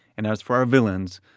and as for our villains,